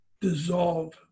dissolve